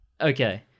Okay